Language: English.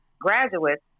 graduates